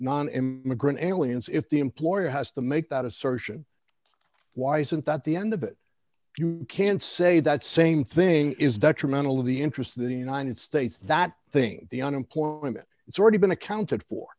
non immigrant aliens if the employer has to make that assertion why isn't that the end of it you can say that same thing is detrimental to the interests of the united states that thing the unemployment that's already been accounted for